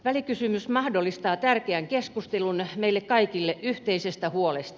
välikysymys mahdollistaa tärkeän keskustelun meille kaikille yhteisestä huolesta